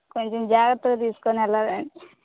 కొంచెం జాగ్రత్తగా తీసుకొని వెళ్లాలండి